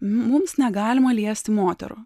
mums negalima liesti moterų